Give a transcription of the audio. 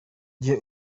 gihe